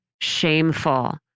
shameful